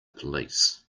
police